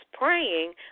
praying